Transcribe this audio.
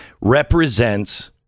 represents